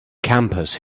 campus